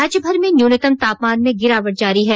राज्यभर में न्यूनतम तापमान में गिरावट जारी है